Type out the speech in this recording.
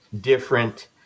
different